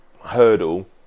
hurdle